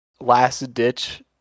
last-ditch